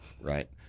right